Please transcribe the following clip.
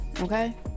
Okay